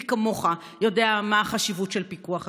מי כמוך יודע מה החשיבות של פיקוח הכנסת.